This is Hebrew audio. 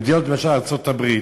במדינות ארצות-הברית,